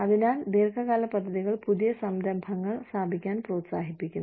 അതിനാൽ ദീർഘകാല പദ്ധതികൾ പുതിയ സംരംഭങ്ങൾ സ്ഥാപിക്കാൻ പ്രോത്സാഹിപ്പിക്കുന്നു